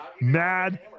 mad